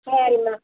சரிம்மா